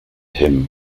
him